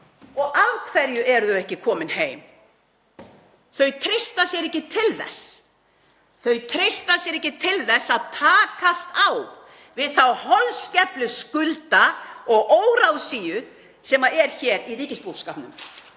Og af hverju eru þau ekki komin heim? Þau treysta sér ekki til þess. Þau treysta sér ekki til að takast á við þá holskeflu skulda og óráðsíu sem er hér í ríkisbúskapnum.